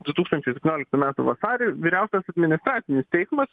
du tūkstančiai septynioliktų metų vasarį vyriausias administracinis teismas